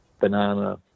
banana